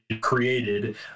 created